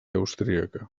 austríaca